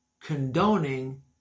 condoning